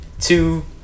two